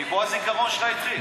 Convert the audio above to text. מפה הזיכרון שלך התחיל.